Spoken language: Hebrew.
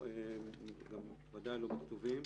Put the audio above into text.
ודאי לא בכתובים.